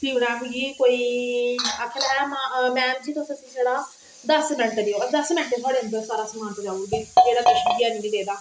ओह् आक्खन लगा मेम जी तुस असेंगी छड़ा दस मेंट देओ दस्सेमिंटे च थोहड़ा समान पजाई ओड़गे जेहड़ा किश बी रेह् दा